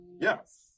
yes